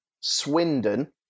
Swindon